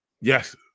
Yes